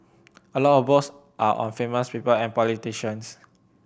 a lot of books are on famous people and politicians